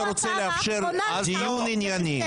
ואנחנו נעמוד על זכותנו ועל זכות הציבור שלנו להיות מיוצגים,